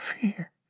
fear